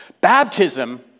Baptism